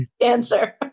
answer